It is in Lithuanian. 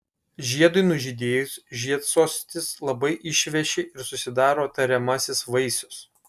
žiedui nužydėjus žiedsostis labai išveši ir susidaro tariamasis vaisius